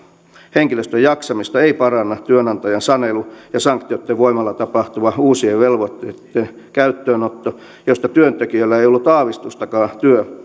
henkilöstön jaksamista ei paranna työnantajan sanelu ja sanktioitten voimalla tapahtuva uusien velvoitteitten käyttöönotto josta työntekijöillä ei ollut aavistustakaan työ